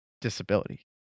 disability